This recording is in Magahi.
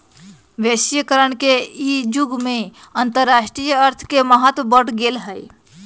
वैश्वीकरण के इ जुग में अंतरराष्ट्रीय अर्थ के महत्व बढ़ गेल हइ